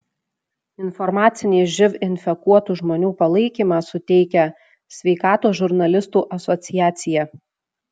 informacinį živ infekuotų žmonių palaikymą suteikia sveikatos žurnalistų asociacija